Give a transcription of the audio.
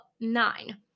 nine